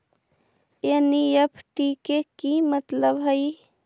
NEFT के कि मतलब होइ?